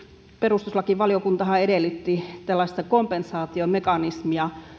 perustuslakivaliokuntahan edellytti tällaista kompensaatiomekanismia